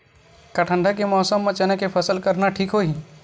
का ठंडा के मौसम म चना के फसल करना ठीक होही?